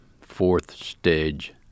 fourth-stage